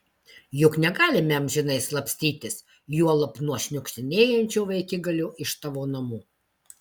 juk negalime amžinai slapstytis juolab nuo šniukštinėjančio vaikigalio iš tavo namų